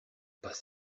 pas